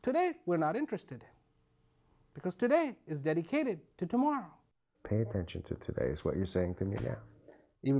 today we're not interested because today is dedicated to tomorrow pay attention to what you're saying can hear even